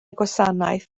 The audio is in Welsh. gwasanaeth